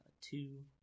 Two